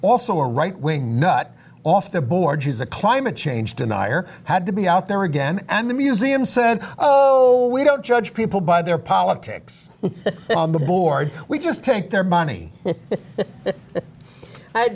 also a right wing nut off the board who's a climate change denier had to be out there again and the museum said oh we don't judge people by their politics on the board we just take their money i